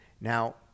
Now